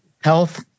health